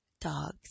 dogs